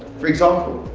for example,